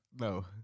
No